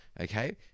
okay